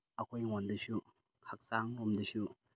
ꯑꯩꯈꯣꯏꯉꯣꯟꯗꯁꯨ ꯍꯛꯆꯥꯡ ꯂꯣꯝꯗꯁꯨ